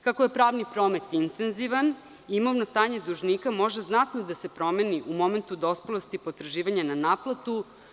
Kako je pravni promet intenzivan, imovno stanje dužnika može znatno da se promeni u momentu dospelosti potraživanja na naplatu.